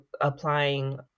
applying